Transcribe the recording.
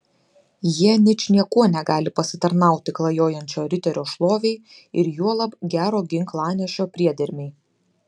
jie ničniekuo negali pasitarnauti klajojančio riterio šlovei ir juolab gero ginklanešio priedermei